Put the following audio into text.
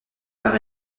par